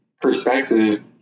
perspective